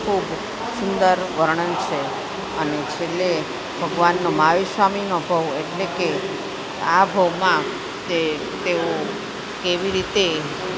ખૂબ સુંદર વર્ણન છે અને છેલ્લે ભગવાનનો મહાવીર સ્વામીનો ભવ એટલે કે આ ભવમાં તે તેઓ કેવી રીતે